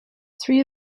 three